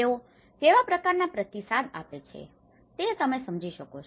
તેઓ કેવા પ્રકારનાં પ્રતિસાદ આપે છે તે તમે સમજી શકો છો